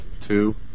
two